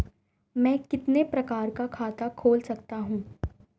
मैं कितने प्रकार का खाता खोल सकता हूँ?